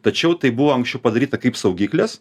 tačiau tai buvo anksčiau padaryta kaip saugiklis